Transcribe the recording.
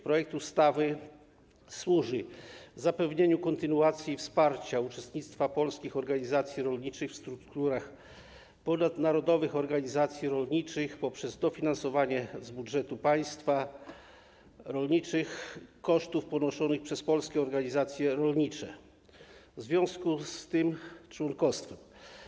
Projekt ustawy służy zapewnieniu kontynuacji wsparcia uczestnictwa polskich organizacji rolniczych w strukturach ponadnarodowych organizacji rolniczych poprzez dofinansowanie z budżetu państwa kosztów ponoszonych przez polskie organizacje rolnicze w związku z tym członkostwem.